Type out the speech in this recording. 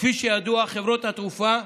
כפי שידוע, חברות התעופה,